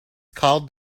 called